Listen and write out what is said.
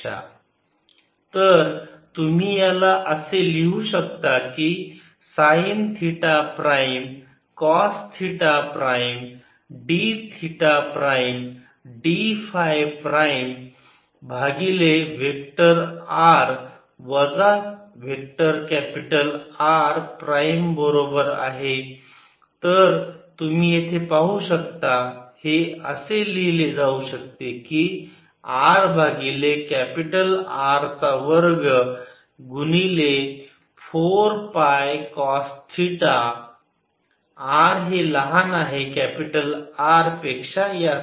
R24π0 cosr Rsindd r30 cosθ for r≤R R330 cosθr2 for r≥Rcosr Rsindd 4πr3R2cosθ for r≤R 4πR3r2cosθ for r≥R r Rr2R2 2rRcoscosθsinsinθcosϕ ϕ cossinddR2r2 2rRcoscosθsinsinθcosϕ ϕ तर तुम्ही याला असे लिहू शकता की sine theta prime cos theta prime d theta prime d phi prime भागिले vector r वजा vector capital R prime बरोबर आहे तर तुम्ही इथे पाहू शकता हे असे लिहिले जाऊ शकते की r भागिले कॅपिटल R चा वर्ग गुणिले 4 पाय कॉस थिटा r हे लहान आहे कॅपिटल R पेक्षा यासाठी